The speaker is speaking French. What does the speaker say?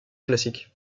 classique